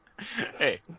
Hey